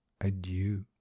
adieu